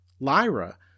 Lyra